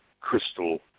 crystal